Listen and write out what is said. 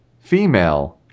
female